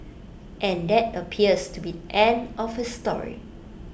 and that appears to be the end of his story